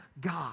God